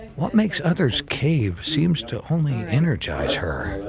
what makes others cave seems to only energize her.